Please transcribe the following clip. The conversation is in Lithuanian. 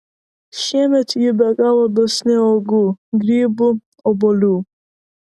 šiemet ji be galo dosni uogų grybų obuolių